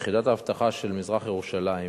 יחידת האבטחה של מזרח-ירושלים